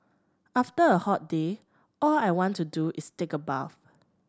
after a hot day all I want to do is take a bath